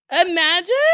Imagine